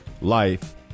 life